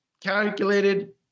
calculated